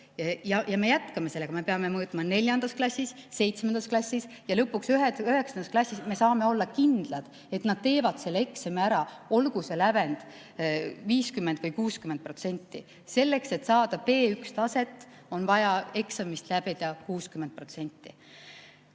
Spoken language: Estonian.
Ja me jätkame sellega. Me peame mõõtma neljandas klassis, seitsmendas klassis ja lõpuks üheksandas klassis me saame olla kindlad, et nad teevad selle eksami ära, olgu see lävend 50% või 60%.Selleks, et saada B1‑taset, on vaja eksamist läbida 60%.